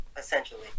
essentially